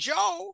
Joe